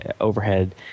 overhead